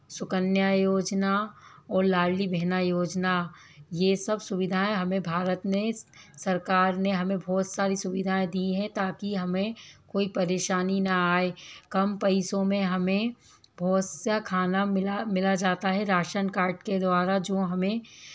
सुकन्या योजना और लाडली बहना योजना ये सब सुविधाएं हमें भारत में सरकार ने हमें बहुत सारी सुविधाएं दी हैं ताकि हमें कोई परेशानी न आये कम पैसों में हमें बहुत सा खाना मिला मिला जाता है राशन कार्ड के द्वारा जो हमें